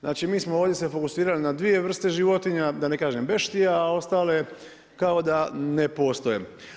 Znači mi smo ovdje se fokusirali na dvije vrste životinja, da ne kažem beštija a ostale kao da ne postoje.